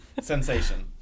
sensation